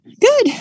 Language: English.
Good